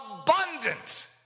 abundant